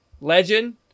legend